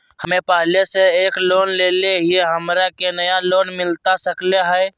हमे पहले से एक लोन लेले हियई, हमरा के नया लोन मिलता सकले हई?